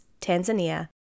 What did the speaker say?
Tanzania